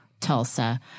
Tulsa